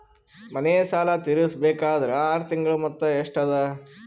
ಮನೆ ಸಾಲ ತೀರಸಬೇಕಾದರ್ ಆರ ತಿಂಗಳ ಮೊತ್ತ ಎಷ್ಟ ಅದ?